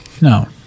No